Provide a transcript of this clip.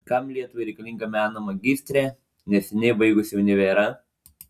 kam lietuvai reikalinga meno magistrė neseniai baigusi univerą